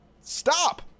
stop